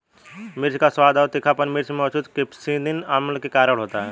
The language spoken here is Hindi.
मिर्च का स्वाद और तीखापन मिर्च में मौजूद कप्सिसिन अम्ल के कारण होता है